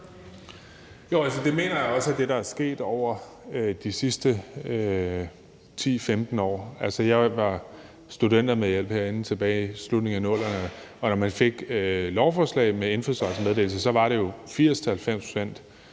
Jo, og det mener jeg også er det, der er sket over de sidste 10-15 år. Altså, jeg var studentermedhjælp herinde tilbage i slutningen af 00'erne, og når man fik lovforslag om indfødsrets meddelelse, var det jo for 80-90 procents